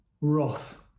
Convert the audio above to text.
wrath